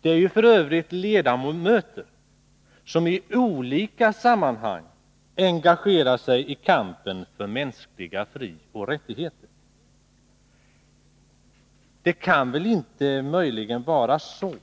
Det är f. ö. ledamöter som i olika sammanhang engagerar sig i kampen för mänskliga frioch rättigheter. Det kan väl inte möjligen vara så